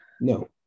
No